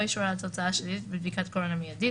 או אישור על תוצאה שלילית בבדיקת קורונה מיידית,